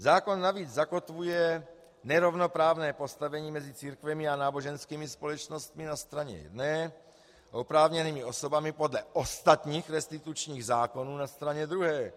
Zákon navíc zakotvuje nerovnoprávné postavení mezi církvemi a náboženskými společnostmi na straně jedné a oprávněnými osobami podle ostatních restitučních zákonů na straně druhé.